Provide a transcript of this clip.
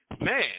man